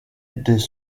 des